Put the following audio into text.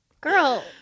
Girl